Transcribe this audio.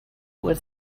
with